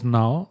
now